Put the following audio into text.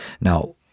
Now